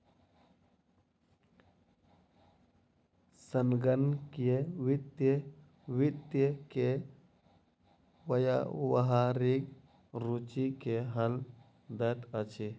संगणकीय वित्त वित्त के व्यावहारिक रूचि के हल दैत अछि